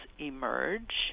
emerge